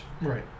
Right